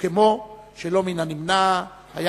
וכמו שלא מן הנמנע היה